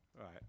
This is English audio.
Right